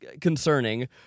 concerning